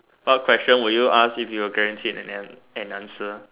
what question will you ask if you are guaranteed an answer